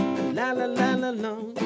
La-la-la-la-long